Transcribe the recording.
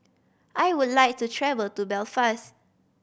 I would like to travel to Belfast